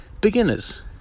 beginners